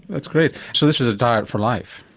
that's great, so this is a diet for life?